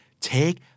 take